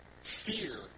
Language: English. Fear